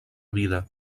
vida